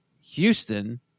Houston